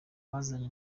bazanye